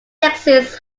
texas